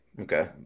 okay